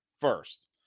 first